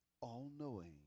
all-knowing